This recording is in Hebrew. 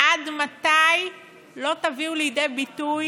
עד מתי לא תביאו לידי ביטוי